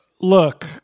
Look